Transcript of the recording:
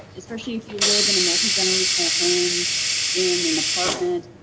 especially if you live in a multi-generational home in an apartment.